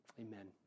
Amen